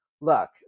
look